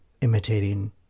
imitating